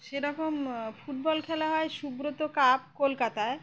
সেরকম ফুটবল খেলা হয় সুব্রত কাপ কলকাতায়